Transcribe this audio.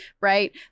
right